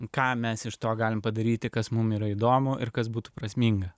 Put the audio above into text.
ką mes iš to galime padaryti kas mums yra įdomu ir kas būtų prasminga